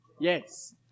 Yes